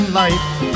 life